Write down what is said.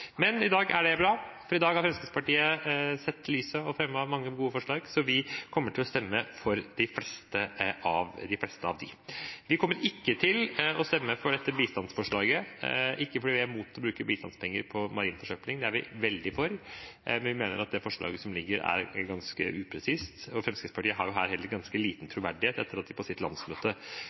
det bra, for i dag har Fremskrittspartiet sett lyset og fremmet mange gode forslag. Vi kommer til å stemme for de fleste av dem. Vi kommer ikke til å stemme for bistandsforslaget – ikke fordi vi er mot å bruke bistandspenger på marin forsøpling, det er vi veldig for. Vi mener at det forslaget som foreligger, er ganske upresist. Fremskrittspartiet har her ganske liten troverdighet etter at de på sitt landsmøte